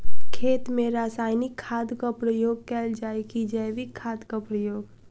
खेत मे रासायनिक खादक प्रयोग कैल जाय की जैविक खादक प्रयोग?